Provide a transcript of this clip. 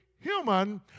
human